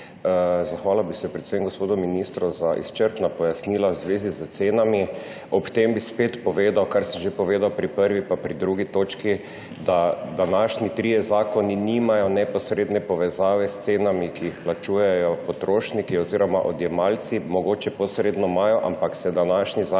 Zahvalil bi se predvsem gospodu ministru za izčrpna pojasnila v zvezi s cenami. Ob tem bi povedal, kar sem že povedal pri 1. in pri 2. točki, da današnji trije zakoni nimajo neposredne povezave s cenami, ki jih plačujejo potrošniki oziroma odjemalci, mogoče posredno imajo, ampak se današnji zakoni